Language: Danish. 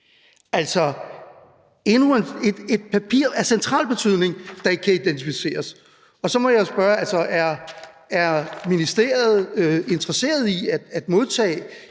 Altså, endnu et papir af central betydning, der ikke kan identificeres. Og så må jeg altså spørge: Er ministeriet interesseret i at modtage